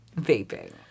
vaping